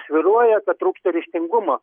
svyruoja kad trūksta ryžtingumo